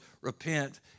repent